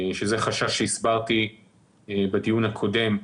שזה חשש שהסברתי בדיון הקודם,